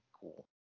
cool